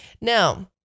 Now